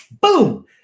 Boom